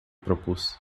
propus